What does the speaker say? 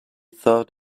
thought